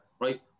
right